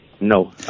No